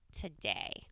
today